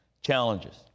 challenges